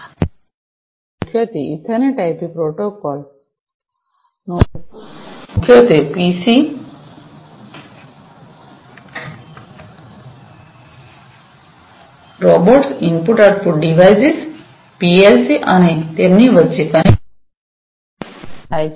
અને આનો ઉપયોગ મુખ્યત્વે ઇથરનેટ આઇપી પ્રોટોકોલનો ઉપયોગ મુખ્યત્વે PC robots input output devices PLC અને તેથી અને તેમની વચ્ચે કનેક્ટિવિટી સાથે થાય છે